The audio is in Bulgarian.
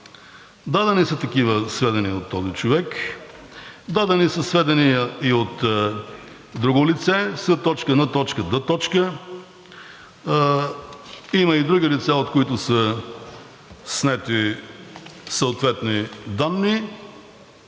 Дадени са такива сведения от този човек, дадени са сведения и от друго лице С.Н.Д., има и други лица, от които са снети съответни данни,